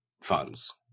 funds